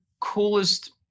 coolest